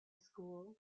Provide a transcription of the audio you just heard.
school